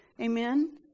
Amen